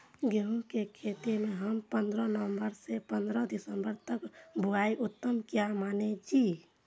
गेहूं के खेती हम पंद्रह नवम्बर से पंद्रह दिसम्बर तक बुआई उत्तम किया माने जी?